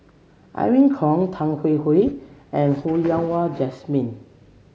Irene Khong Tan Hwee Hwee and Ho Yen Wah Jesmine